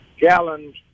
gallons